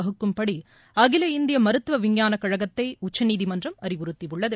வகுக்கும்படி அகில இந்திய மருத்துவ விஞ்ஞான கழகத்தை உச்சநீதிமன்றம் அறிவுறுத்தியுள்ளது